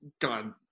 God